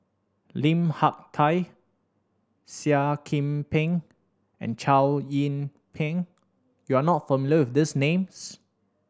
Lim Hak Tai Seah Kian Peng and Chow Yian Ping you are not familiar with these names